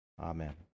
amen